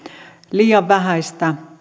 liian vähäistä